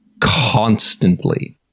constantly